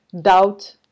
doubt